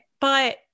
But-